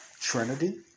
Trinity